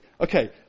Okay